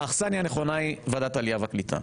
האכסניה הנכונה היא ועדת העלייה והקליטה.